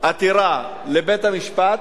עתירה לבית-המשפט,